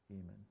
amen